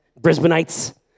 Brisbaneites